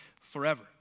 forever